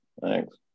Thanks